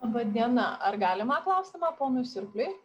laba diena ar galima klausimą ponui surpliui